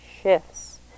shifts